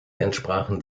entsprachen